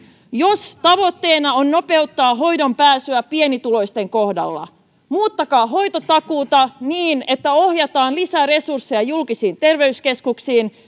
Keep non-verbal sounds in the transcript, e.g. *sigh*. jos tavoitteena on nopeuttaa hoitoonpääsyä pienituloisten kohdalla muuttakaa hoitotakuuta niin että ohjataan lisäresursseja julkisiin terveyskeskuksiin *unintelligible*